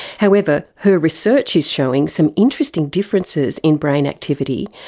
however, her research is showing some interesting differences in brain activity,